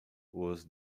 was